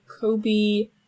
Kobe